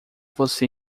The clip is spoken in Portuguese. você